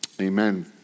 amen